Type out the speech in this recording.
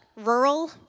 rural